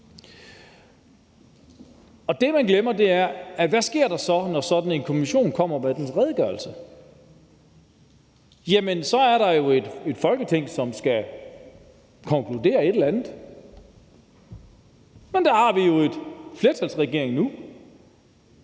der så sker, når sådan en kommission kommer med sin redegørelse. Så er der jo et Folketing, som skal konkludere et eller andet. Og der har vi en flertalsregering nu.